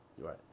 Right